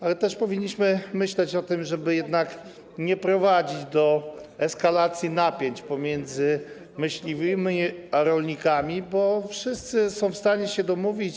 Ale też powinniśmy myśleć o tym, żeby jednak nie doprowadzać do eskalacji napięć pomiędzy myśliwymi a rolnikami, bo wszyscy są w stanie się domówić.